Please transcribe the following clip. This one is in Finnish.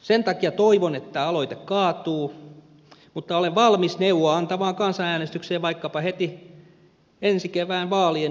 sen takia toivon että aloite kaatuu mutta olen valmis neuvoa antavaan kansanäänestykseen vaikkapa heti ensi kevään vaalien yhteydessä